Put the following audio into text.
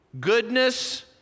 goodness